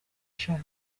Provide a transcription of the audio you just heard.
ushaka